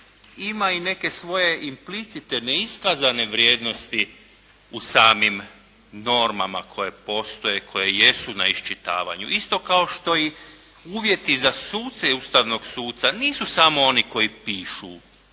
ima i neke svoje implicite, neiskazane vrijednosti u samim normama koje postoje, koje jesu na iščitavanju, isto kao što i uvjeti za suce ustavnog suca nisu samo oni koji pišu